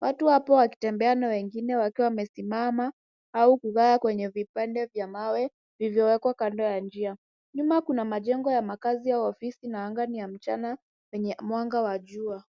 Watu hapo wakitembea, na wengine wakiwa wamesimama au kukaa kwenye vipande vya mawe vilivyowekwa kando ya njia. Nyuma kuna majengo ya makazi au ofisi na anga ni ya mchana yenye mwanga wa jua.